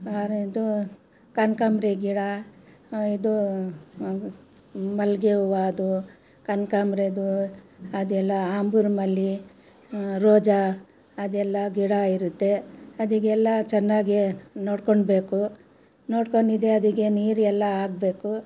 ದು ಕನಕಾಂಬ್ರ ಗಿಡ ಇದೂ ಮಲ್ಲಿಗೆ ಹೂವದು ಕನ್ಕಾಂಬ್ರದ್ದು ಅದೆಲ್ಲ ಆಂಬೂರ್ ಮಲ್ಲಿ ರೋಜಾ ಅದೆಲ್ಲ ಗಿಡ ಇರುತ್ತೆ ಅದೀಗ ಎಲ್ಲ ಚೆನ್ನಾಗೆ ನೋಡ್ಕೊಳ್ಬೇಕು ನೋಡ್ಕೊಂಡಿದೆ ಅದಕ್ಕೆ ನೀರು ಎಲ್ಲ ಆಗಬೇಕು